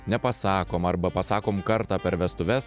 nepasakom arba pasakom kartą per vestuves